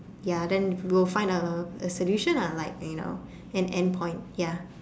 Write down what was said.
ya then we'll find a a solution ah like you know an end point ya